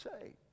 saved